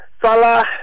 Salah